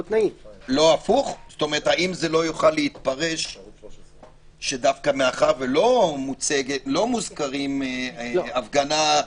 האם לא יכול להתפרש שמאחר שלא מוזכרים הפגנה,